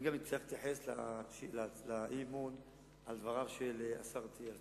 אני גם אצטרך להתייחס לאי-אמון על דבריו של השר אטיאס.